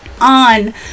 on